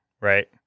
right